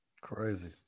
Crazy